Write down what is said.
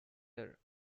are